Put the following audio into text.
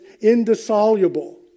indissoluble